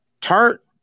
Tart